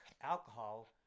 alcohol